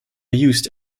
used